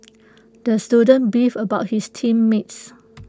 the student beefed about his team mates